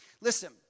Listen